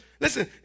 listen